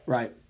Right